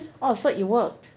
oh so it worked